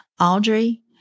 Audrey